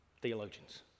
theologians